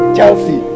Chelsea